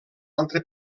altre